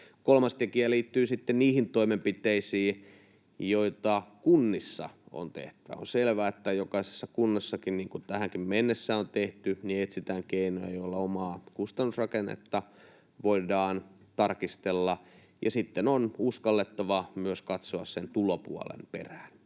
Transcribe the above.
Kolmas tekijä liittyy sitten niihin toimenpiteisiin, joita kunnissa on tehtävä. On selvää, että jokaisessa kunnassakin, niin kuin tähänkin mennessä on tehty, etsitään keinoja, joilla omaa kustannusrakennetta voidaan tarkastella, ja sitten on uskallettava myös katsoa sen tulopuolen perään.